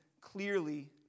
clearly